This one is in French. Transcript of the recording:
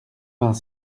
vingt